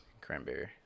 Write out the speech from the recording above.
Cranberry